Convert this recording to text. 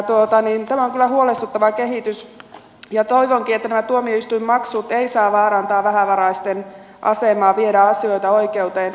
tämä on kyllä huolestuttava kehitys ja toivonkin että nämä tuomioistuinmaksut eivät vaaranna vähävaraisten asemaa viedä asioita oikeuteen